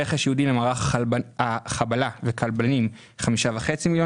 רכש ייעודי במערך החבלה וכלבנים ב-5 מיליון